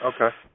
Okay